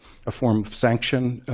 a form of sanction,